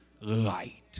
light